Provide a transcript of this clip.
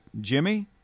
Jimmy